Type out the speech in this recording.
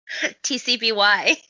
TCBY